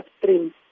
upstream